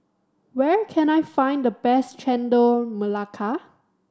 where can I find the best Chendol Melaka